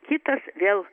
kitas vėl